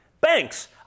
banks